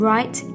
Right